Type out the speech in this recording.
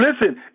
listen